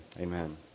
amen